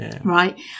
Right